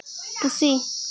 ᱯᱩᱥᱤ